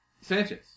Sanchez